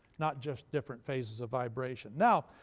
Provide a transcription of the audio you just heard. not just different phases of vibration. now,